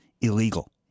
illegal